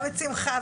גם את שמחה.